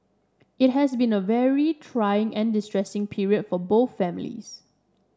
it has been a very trying and distressing period for both families